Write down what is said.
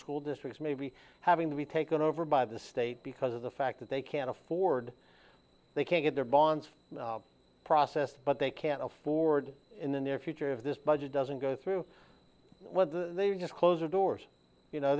school districts may be having to be taken over by the state because of the fact that they can't afford they can't get their bonds process but they can't afford in the near future of this budget doesn't go through what the they are just closer doors you know